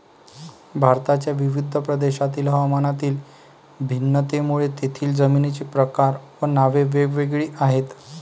भारताच्या विविध प्रदेशांतील हवामानातील भिन्नतेमुळे तेथील जमिनींचे प्रकार व नावे वेगवेगळी आहेत